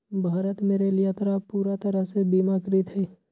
भारत में रेल यात्रा अब पूरा तरह से बीमाकृत हई